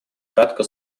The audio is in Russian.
кратко